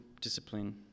discipline